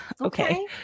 Okay